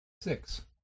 six